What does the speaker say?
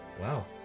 Wow